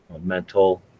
mental